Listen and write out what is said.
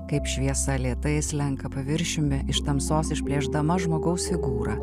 kaip šviesa lėtai slenka paviršiumi iš tamsos išplėšdama žmogaus figūrą